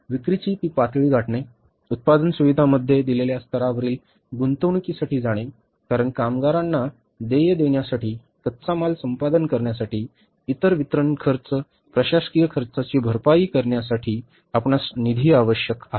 विक्रीची ती पातळी गाठणे उत्पादन सुविधा मध्ये दिलेल्या स्तरावरील गुंतवणूकीसाठी जाणे कारण कामगारांना देय देण्यासाठी कच्चा माल संपादन करण्यासाठी इतर वितरण खर्च प्रशासकीय खर्चाची भरपाई करण्यासाठी आपणास निधी आवश्यक आहे